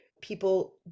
people